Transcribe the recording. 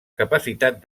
capacitat